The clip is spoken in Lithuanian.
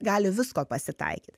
gali visko pasitaikyt